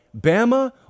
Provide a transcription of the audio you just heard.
Bama